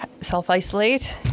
self-isolate